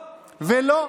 ולא,